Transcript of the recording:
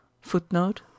Footnote